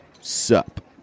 Sup